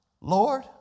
Lord